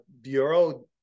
bureau